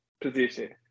position